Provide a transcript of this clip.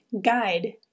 guide